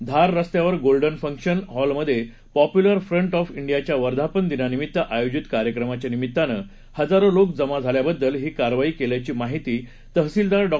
धार रस्त्यावर golden function हॉलमध्ये popular front of डियाच्या वर्धापन दिनानिमित्त आयोजित कार्यक्रमाच्या निमित्तानं हजारों लोक जमा झाल्याबद्दल ही कारवाई केल्याची माहिती तहसीलदार डॉ